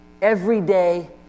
everyday